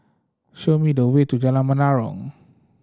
show me the way to Jalan Menarong